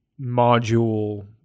module